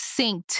synced